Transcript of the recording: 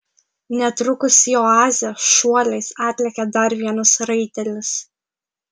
netrukus į oazę šuoliais atlėkė dar vienas raitelis